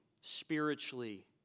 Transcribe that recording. spiritually